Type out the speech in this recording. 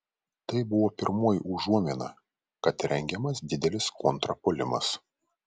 tai buvo pirmoji užuomina kad rengiamas didelis kontrpuolimas